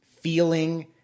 feeling